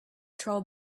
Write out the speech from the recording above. throw